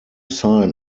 sign